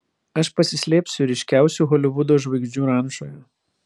aš pasislėpsiu ryškiausių holivudo žvaigždžių rančoje